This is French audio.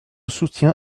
soutiens